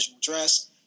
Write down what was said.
dress